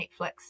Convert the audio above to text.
Netflix